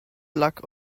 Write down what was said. luck